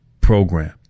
program